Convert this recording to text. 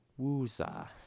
wooza